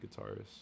guitarist